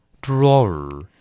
Drawer